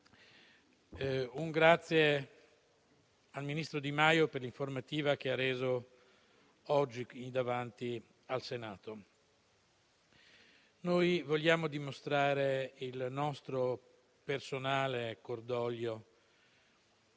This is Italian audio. ringrazio il ministro Di Maio per l'informativa che ha reso oggi in Senato. Vogliamo dimostrare il nostro personale cordoglio